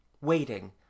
waiting